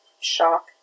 shock